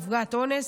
נפגעת אונס.